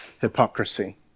hypocrisy